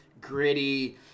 gritty